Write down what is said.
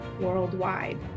worldwide